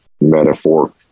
metaphor